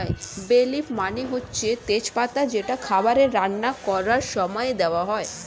বে লিফ মানে হচ্ছে তেজ পাতা যেটা খাবারে রান্না করার সময়ে দেওয়া হয়